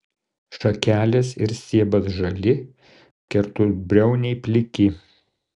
šakelės ir stiebas žali keturbriauniai pliki